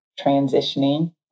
transitioning